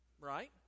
right